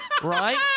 Right